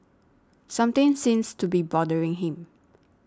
something seems to be bothering him